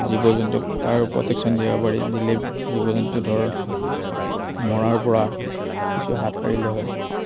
জীৱ জন্তুক তাৰ প্ৰটেকচন দিবা পাৰি দিলে জীৱ জন্তু ধৰ মৰাৰ পৰা কিছু হাত সাৰিলে হয়